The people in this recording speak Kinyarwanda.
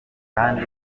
kandi